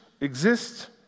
exist